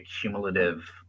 cumulative